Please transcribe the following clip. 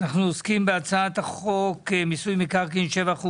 אנחנו עוסקים בהצעת חוק מיסוי מקרקעין (שבח ורכישה)